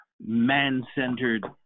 man-centered